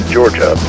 Georgia